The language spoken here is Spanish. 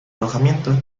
alojamiento